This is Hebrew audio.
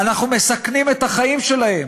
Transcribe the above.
אנחנו מסכנים את החיים שלהם,